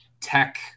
tech